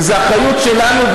וזו אחריות שלנו,